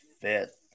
fifth